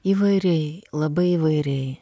įvairiai labai įvairiai